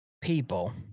people